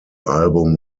album